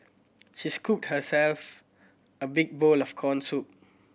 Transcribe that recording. she scooped herself a big bowl of corn soup